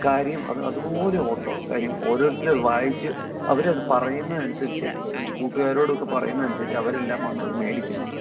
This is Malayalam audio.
കാര്യം അത് അത് പോലെ ഓട്ടമാണ് കാര്യം ഓരോരുത്തരും അതു വായിച്ച് അവരത് പറയുന്നതനുസരിച്ച് എന്നിട്ട് കൂട്ടുകാരോടൊക്കെ പറയുന്നതനുസരിച്ച് അവരെല്ലാം വന്നത് മേടിക്കുന്നുണ്ട്